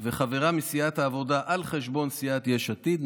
חברה מסיעת העבודה על חשבון סיעת יש עתיד,